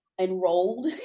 enrolled